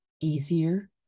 easier